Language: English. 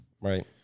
Right